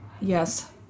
Yes